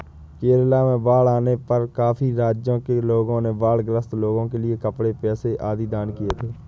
केरला में बाढ़ आने पर काफी राज्यों के लोगों ने बाढ़ ग्रस्त लोगों के लिए कपड़े, पैसे आदि दान किए थे